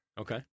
Okay